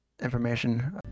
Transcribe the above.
information